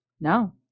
no